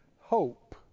hope